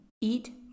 eat